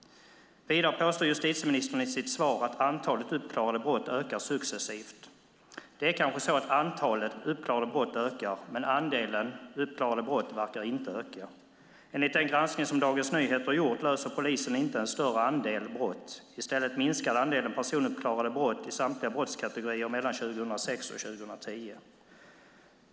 Vidare påstår justitieministern i sitt svar att antalet uppklarade brott ökar successivt. Det är kanske så att antalet uppklarade brott ökar. Men andelen uppklarade brott verkar inte öka. Enligt en granskning som Dagens Nyheter har gjort löser polisen inte en större andel brott. I stället minskade andelen personuppklarade brott i samtliga brottskategorier mellan 2006 och 2010.